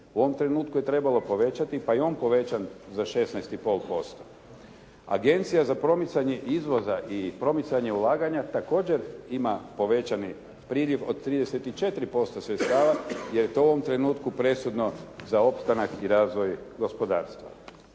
u ovom trenutku je trebalo povećati pa je i on povećan za 16,5%. Agencija za promicanje izvoza i promicanje ulaganja također ima povećani priliv od 34% sredstava jer je to u ovom trenutku presudno za opstanak i razvoj gospodarstva.